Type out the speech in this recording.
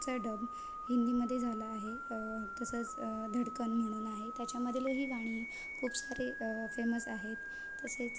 चा डब हिंदीमध्ये झाला आहे तसंच धडकन म्हणून आहे त्याच्यामधीलही गाणी खूप सारे फेमस आहेत तसेच